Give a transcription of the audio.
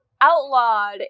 outlawed